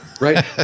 Right